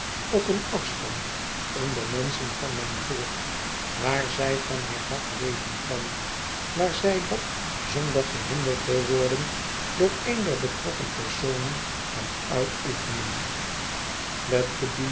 op een afstand onder menschen van mijn volk waar zij van haar vak leven kan waar zij dat zonder gehinderd te worden door een der betrokken personen kan uitoefenen